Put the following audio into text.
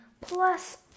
Plus